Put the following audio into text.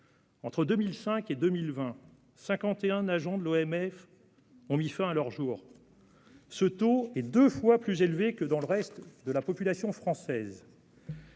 Entre 2005 et 2020, cinquante et un agents de l'ONF ont mis fin à leurs jours. Ce taux est deux fois plus élevé que dans le reste de la population française.